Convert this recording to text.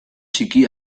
txiki